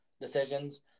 decisions